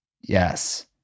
yes